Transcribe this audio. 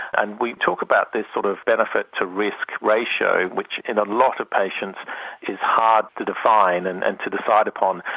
and we talk about this sort of benefit to risk ratio which in a lot of patients is hard to define and and to decide upon,